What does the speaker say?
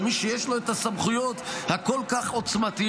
שמי שיש לו את הסמכויות הכל-כך עוצמתיות